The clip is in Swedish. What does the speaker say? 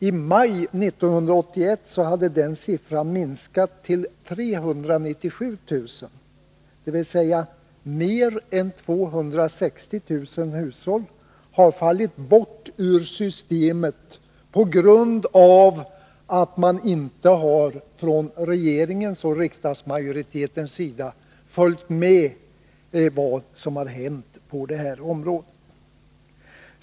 I maj 1981 hade den siffran minskat till 397 000, dvs. mer än 260 000 hushåll hade fallit bort ur systemet på grund av att regeringen och riksdagsmajoriteten inte följt med i det som har hänt på det här området.